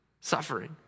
suffering